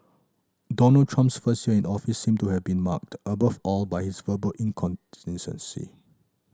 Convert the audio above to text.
Donald Trump's first year in the office seem to have been marked above all by his verbal incontinence